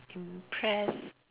impressed